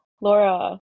Laura